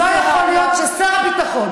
לא יכול להיות ששר הביטחון,